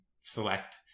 select